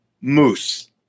Moose